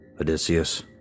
Odysseus